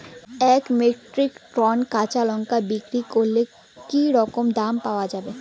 এক metric ton কাঁচা লঙ্কা বিক্রি করলে কি রকম দাম পাওয়া যাবে?